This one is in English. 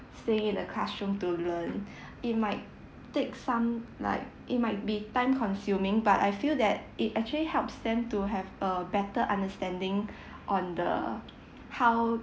staying in the classroom to learn it might take some like it might be time consuming but I feel that it actually helps them to have a better understanding on the how